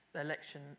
election